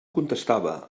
contestava